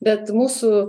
bet mūsų